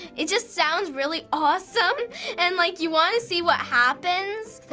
it just sounds really awesome and like you wanna see what happens.